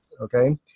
okay